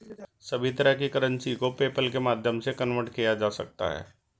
सभी तरह की करेंसी को पेपल्के माध्यम से कन्वर्ट किया जा सकता है